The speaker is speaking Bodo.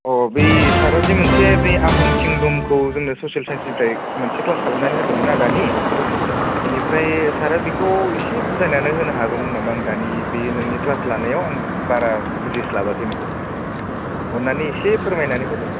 अ बै सारा जे मोनसे बे आहम किंडमखौ जोंनो ससेल साइन्सनिफ्राय मोनसे क्लास खालामनानै होदोंमोन ना दानि बेनिफ्राय सारा बेखौ एसे बुजायनानै होनो हागौमोन नामा आं दानि बे नोंनि क्लास लानायाव आं बारा बुजिस्लाबासैमोन सार अन्नानै एसे फोरमायनानै होदो